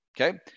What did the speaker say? okay